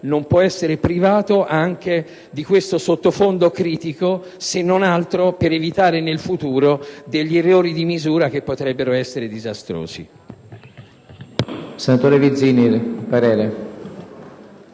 non può essere privato anche di questo sottofondo critico, se non altro per evitare nel futuro degli errori di misura che potrebbero essere disastrosi.